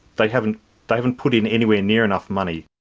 they haven't they haven't put in anywhere near enough money.